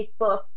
Facebook